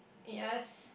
yes